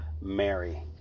Mary